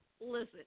listen